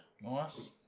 nice